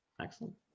Excellent